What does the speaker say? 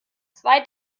zwei